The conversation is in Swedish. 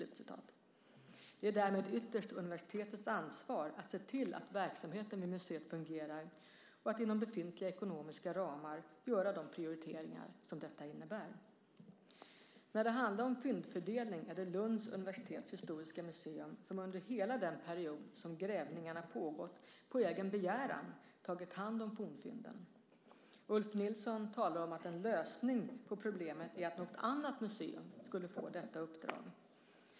Det är därmed ytterst universitetets ansvar att se till att verksamheten vid museet fungerar och att inom befintliga ekonomiska ramar göra de prioriteringar som detta innebär. När det handlar om fyndfördelning är det Lunds universitets historiska museum, som under hela den period som grävningarna pågått, på egen begäran tagit hand om fornfynden. Ulf Nilsson talar om att en lösning på problemet är att något annat museum "får detta uppdrag".